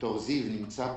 ד"ר זיו נמצא פה,